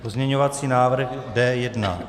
Pozměňovací návrh D1.